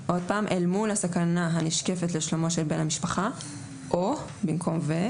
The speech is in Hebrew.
אל מול הסכנה הנשקפת לשלומו של בן המשפחה או (במקום "ו")